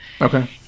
okay